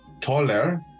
taller